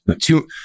Two